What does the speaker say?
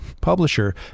publisher